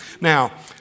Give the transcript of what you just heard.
Now